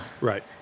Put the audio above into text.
Right